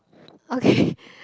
okay